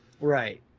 Right